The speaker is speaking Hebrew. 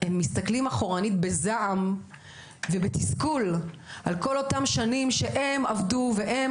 הם מסתכלים אחורנית בזעם ובתסכול על כל אותן השנים שבהן הם עבדו והם